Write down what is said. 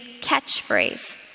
catchphrase